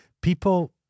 people